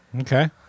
Okay